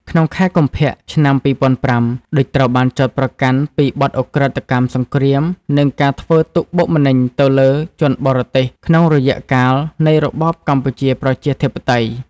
ក្នុងខែ កុម្ភៈ ឆ្នាំ២០០៥ ឌុច ត្រូវបានចោទ ប្រកាន់ពីបទឧក្រិដ្ឋកម្មសង្គ្រាមនិងការធ្វើទុក្ខបុកម្នេញទៅលើជនបរទេសក្នុងរយៈកាលនៃរបបកម្ពុជាប្រជាធិបតេយ្យ ។